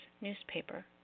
newspaper